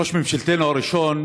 ראש ממשלתנו הראשון